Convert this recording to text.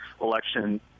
election